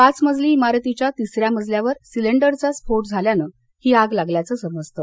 पाच मजली इमारतीच्या तिसऱ्या मजल्यावर सिलिंडरचा स्फोट झाल्यानं ही आग लागल्याचं समजतं